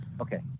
Okay